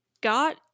got –